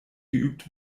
geübt